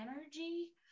energy